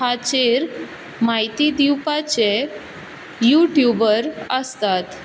हाचेर म्हायती दिवपाचे युट्यूबर आसतात